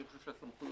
אני חושב שהסמכויות,